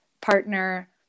partner